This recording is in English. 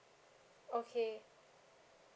okay